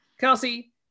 Kelsey